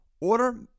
Order